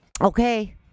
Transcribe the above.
Okay